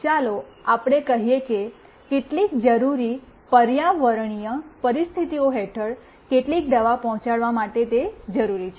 ચાલો આપણે કહીએ કે કેટલીક જરૂરી પર્યાવરણીય પરિસ્થિતિઓ હેઠળ કેટલીક દવા પહોંચાડવા માટે તે જરૂરી છે